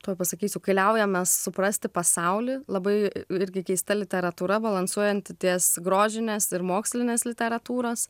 tuoj pasakysiu kai liaujamės suprasti pasaulį labai irgi keista literatūra balansuojanti ties grožinės ir mokslinės literatūros